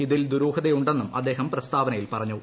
ഇതിൽ ദുരൂഹതയുണ്ടെന്ന് അദ്ദേഹം പ്രസ്താവനയിൽ പറഞ്ഞു